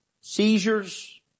seizures